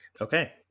okay